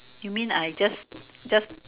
you mean I just just